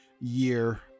year